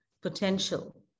potential